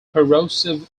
corrosive